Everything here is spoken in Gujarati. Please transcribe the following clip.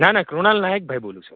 ના ના કૃણાલ નાયક ભાઈ બોલું છું